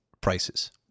prices